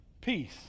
peace